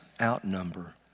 outnumber